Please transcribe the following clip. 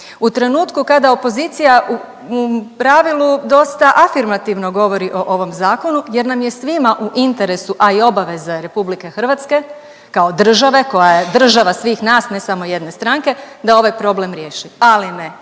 U trenutku kada opozicija u pravilu dosta afirmativno govori o ovom zakonu, jer nam je svima u interesu, a i obaveza je Republike Hrvatske kao države koja je država svih nas ne samo jedne stranke da ovaj problem riješi. Ali ne